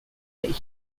that